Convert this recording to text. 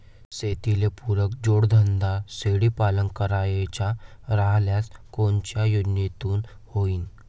शेतीले पुरक जोडधंदा शेळीपालन करायचा राह्यल्यास कोनच्या योजनेतून होईन?